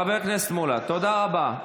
חבר הכנסת מולא, תודה רבה.